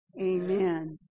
Amen